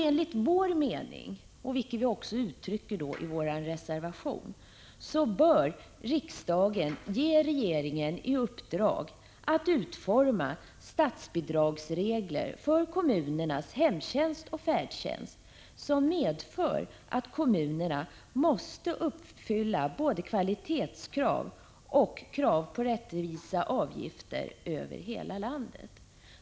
Enligt vår mening, vilket vi också uttrycker i vår reservation, bör riksdagen ge regeringen i uppdrag att utforma statsbidragsregler för kommunernas hemtjänst och färdtjänst, regler som medför att kommunerna måste uppfylla både kvalitetskrav och krav på rättvisa avgifter över hela landet.